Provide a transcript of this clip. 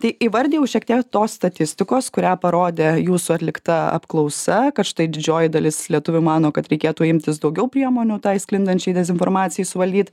tai įvardijau šiek tiek tos statistikos kurią parodė jūsų atlikta apklausa kad štai didžioji dalis lietuvių mano kad reikėtų imtis daugiau priemonių tai sklindančiai dezinformacijai suvaldyt